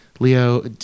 Leo